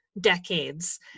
decades